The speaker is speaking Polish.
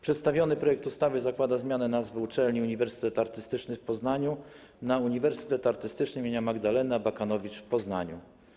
Przedstawiony projekt ustawy zakłada zmianę nazwy uczelni Uniwersytet Artystyczny w Poznaniu na Uniwersytet Artystyczny im. Magdaleny Abakanowicz w Poznaniu.